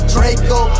Draco